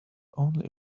only